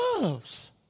loves